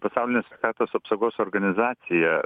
pasaulinė sveikatos apsaugos organizacija